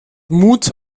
mut